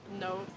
No